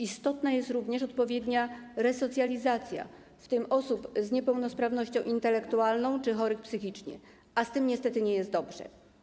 Istotna jest również odpowiednia resocjalizacja, w tym osób z niepełnosprawnością intelektualną czy chorych psychicznie, a z tym niestety nie jest dobrze.